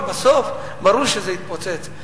וברור שבסוף זה יתפוצץ.